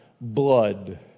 blood